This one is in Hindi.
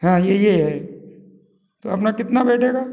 हाँ ये ये है तो अपना कितना बैठेगा